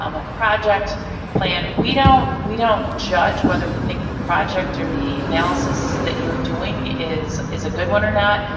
um a project plan, we don't we don't judge whether we think the project or the analysis that you're doing is is a good one or not.